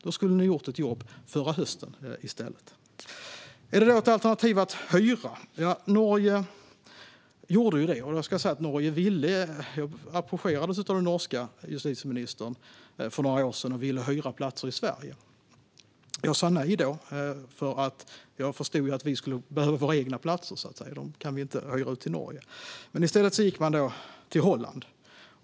Ni skulle ha gjort ert jobb förra hösten i stället. Är det då ett alternativ att hyra platser? Norge gjorde det. Jag approcherades för några år sedan av den norska justitieministern, som ville hyra platser i Sverige. Jag sa då nej, för jag förstod att vi skulle behöva våra egna platser. Dem kan vi inte hyra ut till Norge. I stället gick man till Holland.